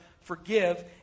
Forgive